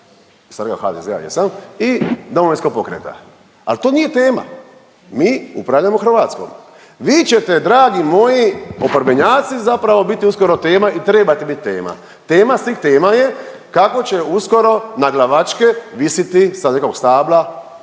rekao HDZ-a, jesam i DP-a, al to nije tema, mi upravljamo Hrvatskom, vi ćete dragi moji oporbenjaci zapravo biti uskoro tema i trebate bit tema. Tema svih tema je kako će uskoro na glavačke visiti sa nekog stabla